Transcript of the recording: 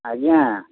ଆଜ୍ଞା